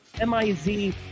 M-I-Z